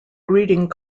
greeting